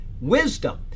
Wisdom